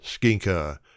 skinker